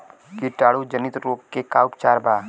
कीटाणु जनित रोग के का उपचार बा?